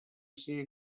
ser